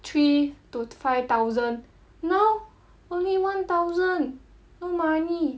three to five thousand now only one thousand no money